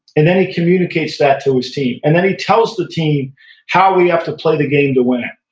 and then he communicates that to his team, and then he tells the team how we have to play the game to win it.